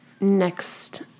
Next